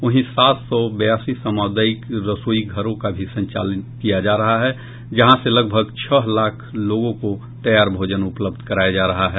वहीं सात सौ बयासी सामुदायिक रसोई घरों का भी संचालित किया जा रहा है जहां से लगभग छह लाख लोगों को तैयार भोजन उपलब्ध कराया जा रहा है